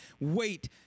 wait